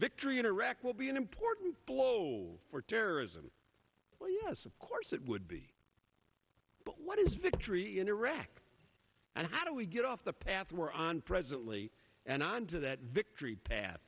victory in iraq will be an important blow for terrorism well yes of course it would be but what is victory in iraq and how do we get off the path we're on presently and onto that victory pat